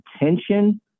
attention